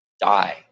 die